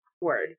Word